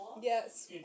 Yes